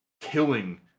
killing